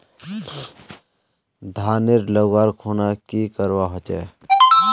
धानेर लगवार खुना की करवा होचे?